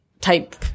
type